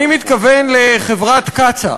אני מתכוון לחברת קצא"א.